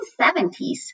1970s